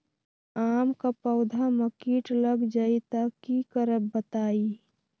आम क पौधा म कीट लग जई त की करब बताई?